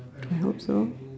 I hope so